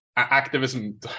activism